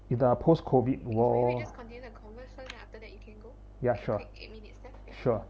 in the post COVID world ya sure sure